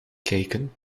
kijken